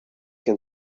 can